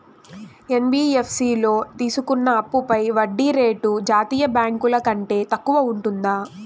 NBFC లో తీసుకున్న అప్పుపై వడ్డీ రేటు జాతీయ బ్యాంకు ల కంటే తక్కువ ఉంటుందా?